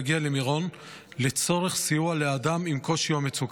למירון לצורך סיוע לאדם עם קושי או מצוקה.